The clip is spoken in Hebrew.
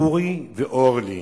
אורי ואורלי,